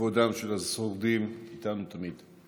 וכבודם של השורדים איתנו תמיד.